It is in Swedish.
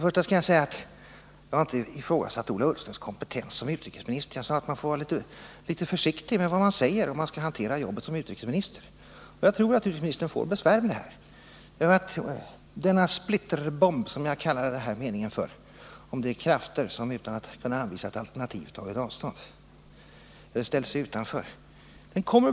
Först skall jag säga att jag aldrig har ifrågasatt Ola Ullstens kompetens som utrikesminister, utan jag sade att man får vara litet försiktig med vad man säger, om man skall kunna hantera jobbet som utrikesminister. Jag tror att utrikesministern får besvär med det här och att det kommer att bli svårt att förklara. Jag kallade den här meningen för en splitterbomb mot de krafter som utan att kunna anvisa något alternativ tagit avstånd från en separatfred och ställer sig utanför förhandlingarna.